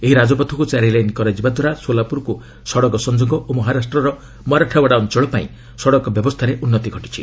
ଏହି ରାଜପଥକୁ ଚାରି ଲାଇନ୍ କରାଯିବା ଦ୍ୱାରା ସୋଲାପୁରକୁ ସଡ଼କ ସଂଯୋଗ ଓ ମହାରାଷ୍ଟ୍ରର ମରାଠାୱାଡ଼ା ଅଞ୍ଚଳ ପାଇଁ ସଡ଼କ ବ୍ୟବସ୍ଥାରେ ଉନ୍ନତି ଘଟିଛି